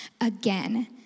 again